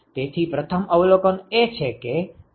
તેથી પ્રથમ અવલોકન એ છે કે Fij≠1